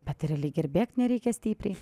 bet ir lyg ir bėgt nereikia stipriai